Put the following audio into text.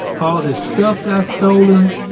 all his stuff got stolen.